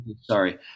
Sorry